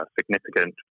significant